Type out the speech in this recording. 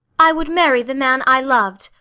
i would marry the man i loved,